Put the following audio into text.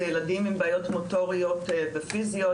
זה ילדים עם בעיות מוטוריות ופיזיות,